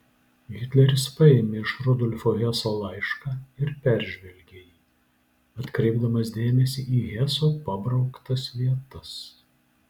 hitleris paėmė iš rudolfo heso laišką ir peržvelgė jį atkreipdamas dėmesį į heso pabrauktas vietas